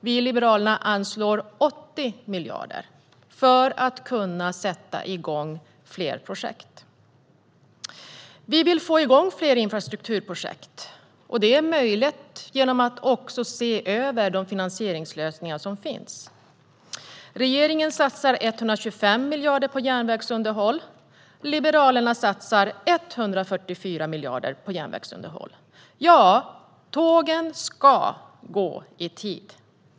Vi i Liberalerna anslår 80 miljarder, för att kunna sätta igång fler projekt. Vi vill få igång fler infrastrukturprojekt. Detta är möjligt genom att vi ser över de finansieringslösningar som finns. Regeringen satsar 125 miljarder på järnvägsunderhåll. Liberalerna satsar 144 miljarder på järnvägsunderhåll. Tågen ska gå i tid.